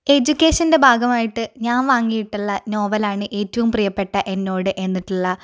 എഡ്യൂക്കേഷൻ്റെ ഭാഗമായിട്ട് ഞാൻ വാങ്ങിയിട്ടുള്ള നോവലാണ് ഏറ്റവും പ്രിയ്യപ്പെട്ട എന്നോട് എന്നുള്ള